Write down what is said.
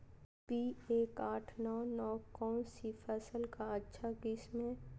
P एक आठ नौ नौ कौन सी फसल का अच्छा किस्म हैं?